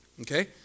Okay